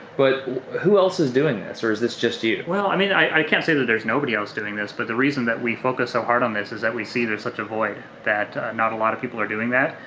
but who else is doing this or is this just you? well, i mean, i can't say that there's nobody else doing this but the reason that we focus so hard on this is that we see there's such a void, that not a lot of people are doing that.